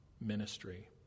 ministry